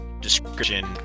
description